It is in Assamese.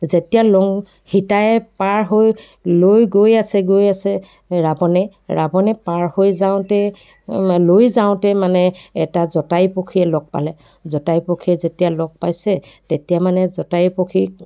যেতিয়া লং সীতাই পাৰ হৈ লৈ গৈ আছে গৈ আছে ৰাৱণে ৰাৱণে পাৰ হৈ যাওঁতে লৈ যাওঁতে মানে এটা জটায়ু পক্ষীয়ে লগ পালে জটায়ু পক্ষীয়ে যেতিয়া লগ পাইছে তেতিয়া মানে জটায়ু পক্ষীক